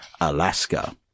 Alaska